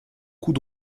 coup